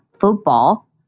football